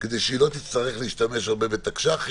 כדי שהיא לא תצטרך להשתמש הרבה בתקש"חים,